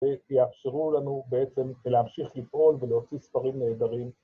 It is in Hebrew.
‫ויאפשרו לנו בעצם להמשיך לפעול ‫ולהוציא ספרים נהדרים.